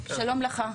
שלום לך,